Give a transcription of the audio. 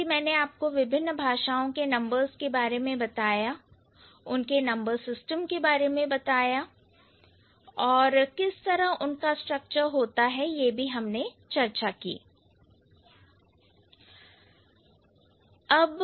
क्योंकि मैंने आपको विभिन्न भाषाओं के नंबर्स के बारे में बताया उनके नंबर सिस्टम के बारे में बताया किस तरह उनका स्ट्रक्चर होता है यह भी चर्चा हमने की